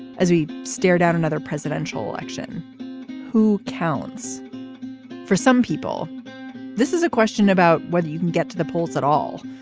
as we stared out another presidential election who counts for some people this is a question about whether you can get to the polls at all.